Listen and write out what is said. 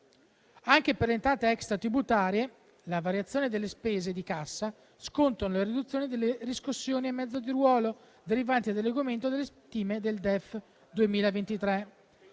Anche per le entrate extratributarie, le variazioni delle previsioni di cassa scontano le riduzioni delle riscossioni a mezzo ruolo derivanti dall'adeguamento alle stime del DEF 2023.